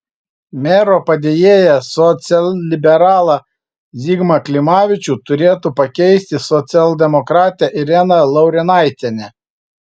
mero padėjėją socialliberalą zigmą klimavičių turėtų pakeisti socialdemokratė irena laurinaitienė